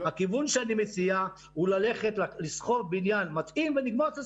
הכיוון שאני מציע הוא לשכור מבנה מתאים ולגמור את הסיפור,